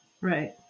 Right